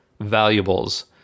valuables